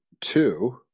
two